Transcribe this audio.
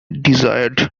desired